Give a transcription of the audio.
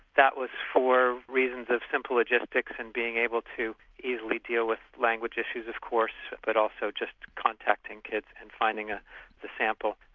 that was for reasons of simple logistics and being able to easily deal with language issues of course, but also just contacting kids and finding ah the sample.